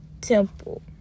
temple